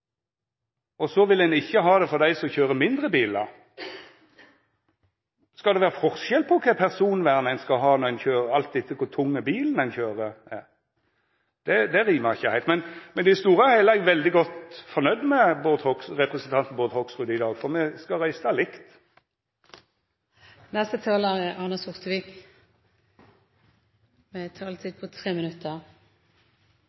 og så vil ein ikkje ha det for dei som køyrer mindre bilar. Skal det vera forskjell på kva personvern ein skal ha, alt etter kor tung bilen ein køyrer, er? Det rimar ikkje heilt. Men i det store og heile er eg veldig godt fornøgd med representanten Bård Hoksrud i dag, for me skal røysta likt. Ja, i denne saken om bompenger skal vi stemme likt alle sammen. Vi er